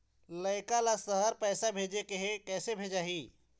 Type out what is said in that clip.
लइका ला शहर पैसा भेजें के हे, किसे भेजाही